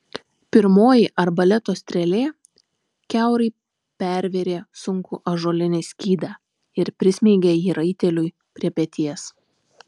pirmoji arbaleto strėlė kiaurai pervėrė sunkų ąžuolinį skydą ir prismeigė jį raiteliui prie peties